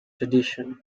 tradition